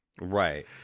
Right